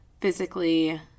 physically